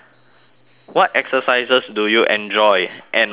what exercises do you enjoy and why